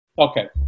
Okay